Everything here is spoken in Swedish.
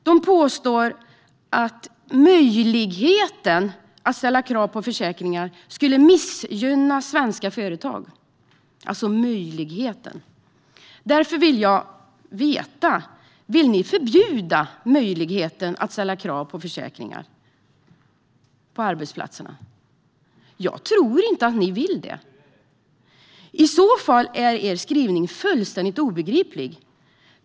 De påstår att möjligheten att ställa krav på försäkringar - alltså själva möjligheten - skulle missgynna svenska företag. Därför vill jag fråga högerpartierna: Vill ni förbjuda möjligheten att ställa krav på försäkringar på arbetsplatserna? Jag tror inte att ni vill det, och i så fall är er skrivning fullständigt obegriplig.